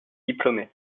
diplômés